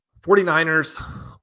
49ers